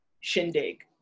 shindig